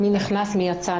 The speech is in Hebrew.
מי נכנס ומי יצא.